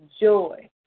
joy